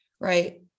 right